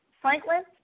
Franklin